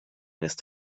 ist